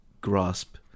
grasp